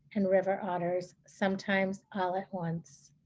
and river otters sometimes all at once.